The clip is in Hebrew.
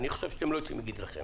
אני חושב שאתם לא יוצאים מגדרכם.